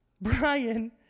Brian